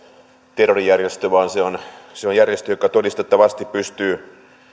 terrorijärjestö vaan se on järjestö joka todistettavasti pystyy